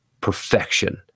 perfection